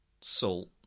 salt